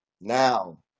now